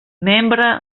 membre